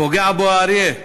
פוגע בו האריה,